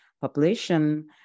population